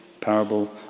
parable